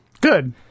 Good